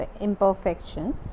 Imperfection